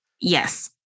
Yes